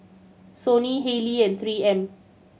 Sony Haylee and Three M